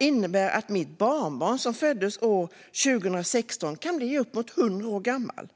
innebär att mitt barnbarn, som föddes år 2016, kan bli uppemot 100 år gammal.